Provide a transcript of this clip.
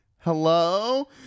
hello